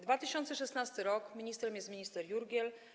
2016 r., ministrem jest minister Jurgiel.